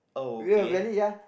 with a belly ya